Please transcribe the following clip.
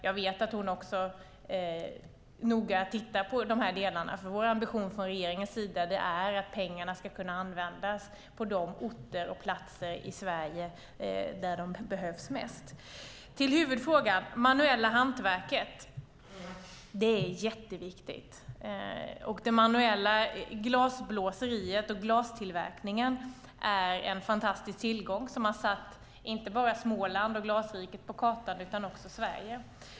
Jag vet att hon noga tittar på de här delarna, för vår ambition från regeringens sida är att pengarna ska kunna användas på de orter och platser i Sverige där de behövs mest. Till huvudfrågan: Den manuella glasindustrin är jätteviktig. Det manuella glasblåseriet och glastillverkningen är en fantastisk tillgång som inte bara har satt Småland och Glasriket på kartan utan också Sverige.